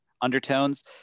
undertones